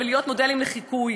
להיות מודלים לחיקוי.